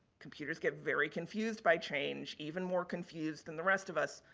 computers get very confused by change, even more confused than the rest of us.